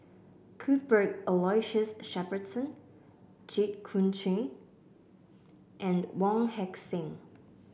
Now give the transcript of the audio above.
Cuthbert Aloysius Shepherdson Jit Koon Ch'ng and Wong Heck Sing